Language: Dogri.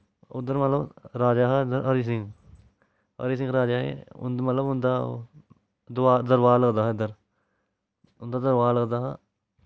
उद्धर मतलव राजा हरि सिंह हरि सिंह राजा मतलव उंदा ओह् दरबार लगदा हा इद्धर उंदा दरबार लगदा हा